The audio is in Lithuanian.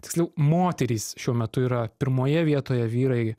tiksliau moterys šiuo metu yra pirmoje vietoje vyrai